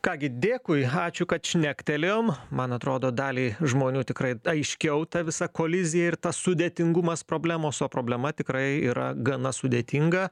ką gi dėkui ačiū kad šnektelėjom man atrodo daliai žmonių tikrai aiškiau ta visa kolizija ir tas sudėtingumas problemos o problema tikrai yra gana sudėtinga